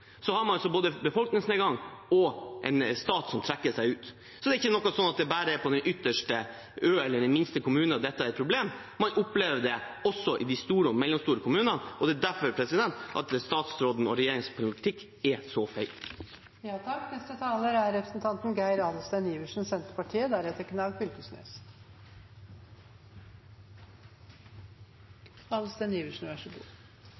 har man altså både en befolkningsnedgang og en stat som trekker seg ut. Det er nok ikke sånn at det bare er på den ytterste «ø» eller i den minste kommune at dette er et problem. Man opplever det også i store og mellomstore kommuner, og det er derfor statsråden og regjeringens politikk er så